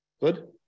Good